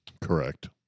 Correct